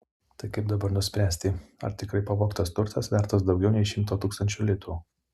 tai kaip dabar nuspręsti ar tikrai pavogtas turtas vertas daugiau nei šimto tūkstančių litų